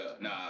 nah